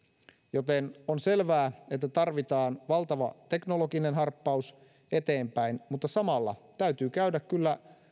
joten on selvää että tarvitaan valtava teknologinen harppaus eteenpäin mutta samalla täytyy käydä kyllä